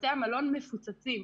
בתי המלון מפוצצים.